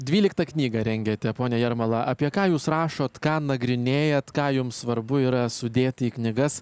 dvyliktą knygą rengiate pone jarmala apie ką jūs rašot ką nagrinėjat ką jum svarbu yra sudėti į knygas